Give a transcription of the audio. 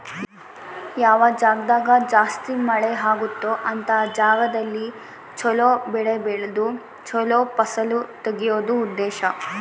ಯಾವ ಜಾಗ್ದಾಗ ಜಾಸ್ತಿ ಮಳೆ ಅಗುತ್ತೊ ಅಂತ ಜಾಗದಲ್ಲಿ ಚೊಲೊ ಬೆಳೆ ಬೆಳ್ದು ಚೊಲೊ ಫಸಲು ತೆಗಿಯೋದು ಉದ್ದೇಶ